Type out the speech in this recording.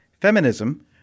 feminism